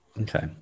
Okay